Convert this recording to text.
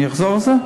אני אחזור על זה?